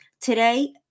Today